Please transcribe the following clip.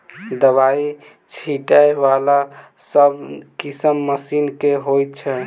दवाई छीटै वला सबसँ नीक मशीन केँ होइ छै?